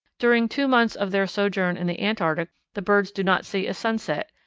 during two months of their sojourn in the antarctic the birds do not see a sunset,